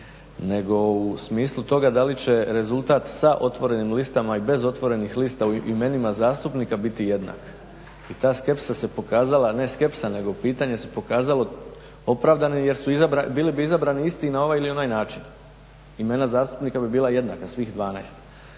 nego u smislu toga da li će rezultat sa otvorenim listama i bez otvorenih lista u imenima zastupnika biti jednak i ta skepsa se pokazala, ne skepsa nego pitanje se pokazalo opravdanih jer bili bi izabrani isti na ovaj ili onaj način. Imena zastupnika bi bila jednaka, svih 12,